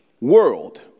world